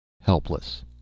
Helpless